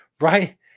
right